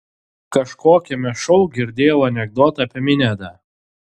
kažkokiame šou girdėjau anekdotą apie minedą